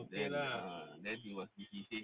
then ah he he say